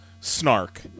snark